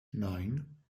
nine